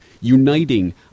uniting